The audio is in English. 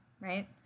right